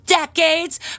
decades